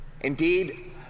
Indeed